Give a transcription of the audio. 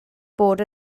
bod